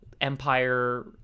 empire